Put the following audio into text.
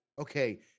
okay